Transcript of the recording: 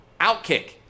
OutKick